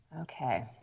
Okay